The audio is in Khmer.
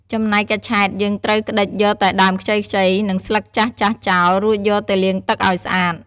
ចំណែកកញ្ឆែតយើងត្រូវក្តិចយកតែដើមខ្ចីៗ និងស្លឹកចាស់ៗចោល រួចយកទៅលាងទឹកឲ្យស្អាត។